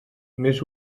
més